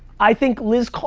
i think liz,